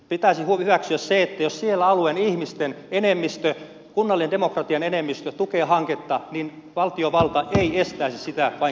pitäisi hyväksyä se että jos siellä alueen ihmisten enemmistö kunnallisen demokratian enemmistö tukee hanketta niin valtiovalta ei estäisi sitä vaan kannustaisi